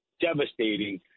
devastating